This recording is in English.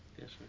Yes